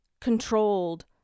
controlled